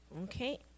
Okay